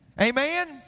Amen